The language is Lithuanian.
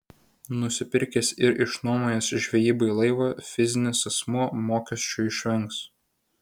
nusipirkęs ir išnuomojęs žvejybai laivą fizinis asmuo mokesčių išvengs